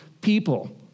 people